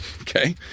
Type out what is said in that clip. Okay